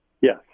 Yes